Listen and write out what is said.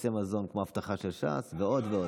כרטיסי מזון, כמו ההבטחה של ש"ס, ועוד ועוד.